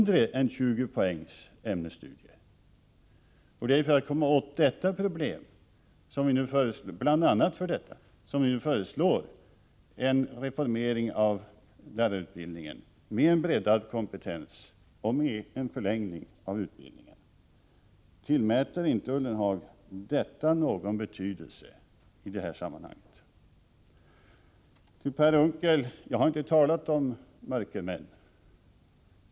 Det är bl.a. för att komma åt detta problem som vi nu föreslår en reformering av lärarutbildningen, med en breddad kompetens och med en förlängning av utbildningen. Tillmäter inte Jörgen Ullenhag detta någon betydelse i sammanhanget? Till Per Unckel vill jag säga att jag inte har talat om mörkermän.